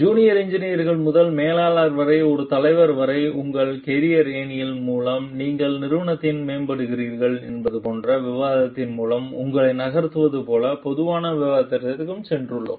junior engineer முதல் மேலாளர் வரை ஒரு தலைவர் வரை உங்கள் கேரியர் ஏணி மூலம் உங்கள் நிறுவனத்தில் மேம்படுகிறீர்களா என்பது போன்ற விவாதத்தின் மூலம் உங்களை நகர்த்துவது போல மெதுவாக விவாதத்திற்கு சென்றுள்ளோம்